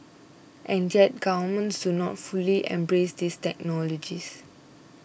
and yet governments do not fully embrace these technologies